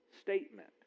statement